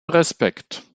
respekt